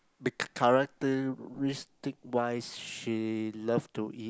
bec~ characteristic wise she love to eat